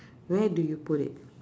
where do you put it